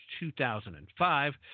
2005